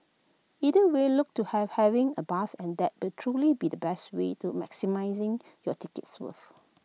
either way look to have having A blast and that will truly be the best way to maximising your ticket's worth